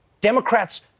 Democrats